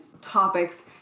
topics